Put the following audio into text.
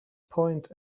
point